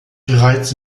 bereits